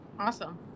Awesome